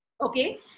Okay